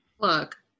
look